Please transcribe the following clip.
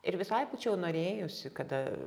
ir visai būčiau norėjusi kada